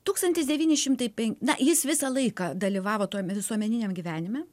tūkstantis devyni šimtai pen na jis visą laiką dalyvavo tam visuomeniniam gyvenime